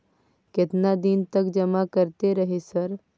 केतना दिन तक जमा करते रहे सर?